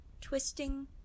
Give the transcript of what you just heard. twisting